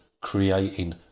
creating